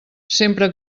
sempre